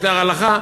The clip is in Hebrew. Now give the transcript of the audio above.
יותר הלכה.